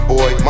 Boy